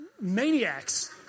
maniacs